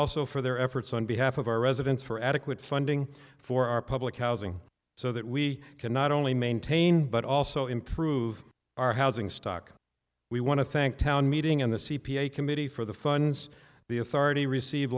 also for their efforts on behalf of our residents for adequate funding for our public housing so that we can not only maintain but also improve our housing stock we want to thank town meeting and the c p a committee for the funds the authority receive